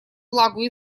влагу